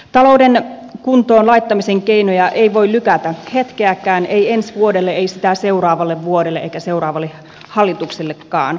talouden kuntoon laittamisen keinoja ei voi lykätä hetkeäkään ei ensi vuodelle ei sitä seuraavalle vuodelle eikä seuraavalle hallituksellekaan